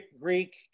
Greek